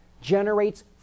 generates